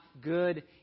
good